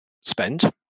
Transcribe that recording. spend